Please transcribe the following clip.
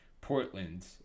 Portland